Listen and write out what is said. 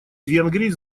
венгрии